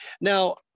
Now